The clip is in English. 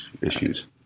issues